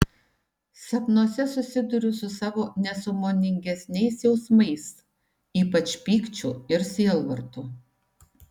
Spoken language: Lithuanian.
sapnuose susiduriu su savo nesąmoningesniais jausmais ypač pykčiu ir sielvartu